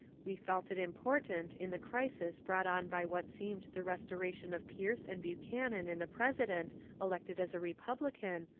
we felt it important in the crisis brought on by what seemed the restoration of pierce and buchanan in the president elected as a republican,